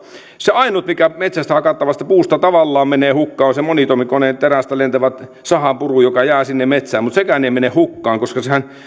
se ainut mikä metsästä hakattavasta puusta tavallaan menee hukkaan on se monitoimikoneen terästä lentävä sahanpuru joka jää sinne metsään mutta sekään ei mene hukkaan koska sehän